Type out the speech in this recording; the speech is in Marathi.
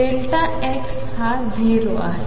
x हा 0 आहे